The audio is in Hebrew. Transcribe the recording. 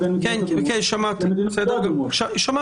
בסדר גמור, שמעתי.